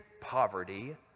poverty